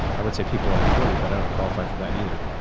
i would say people under forty, but i don't qualify for that either.